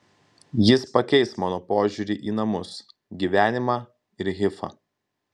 jis pakeis mano požiūrį į namus gyvenimą ir hifą